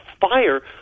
fire